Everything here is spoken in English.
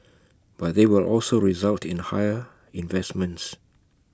but they will also result in higher investments